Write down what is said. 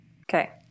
Okay